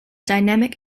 dynamic